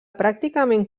pràcticament